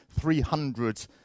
300